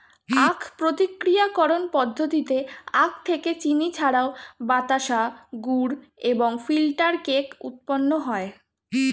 আখ প্রক্রিয়াকরণ পদ্ধতিতে আখ থেকে চিনি ছাড়াও বাতাসা, গুড় এবং ফিল্টার কেক উৎপন্ন হয়